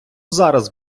зараз